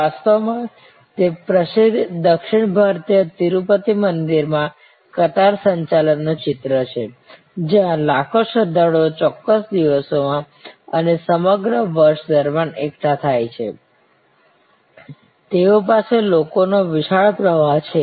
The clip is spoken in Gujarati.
વાસ્તવમાં તે પ્રસિદ્ધ દક્ષિણ ભારતીય તિરુપતિ મંદિરમાં કતાર સંચાલન નું ચિત્ર છે જ્યાં લાખો શ્રદ્ધાળુઓ ચોક્કસ દિવસોમાં અને સમગ્ર વર્ષ દરમિયાન એકઠા થાય છે તેઓ પાસે લોકોનો વિશાળ પ્રવાહ છે